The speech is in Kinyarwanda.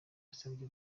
yasabye